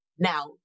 Now